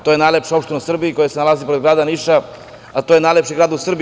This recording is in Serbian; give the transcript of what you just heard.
To je najlepša opština u Srbiji, koja se nalazi pored Niša, a to je najlepši grad u Srbiji.